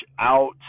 out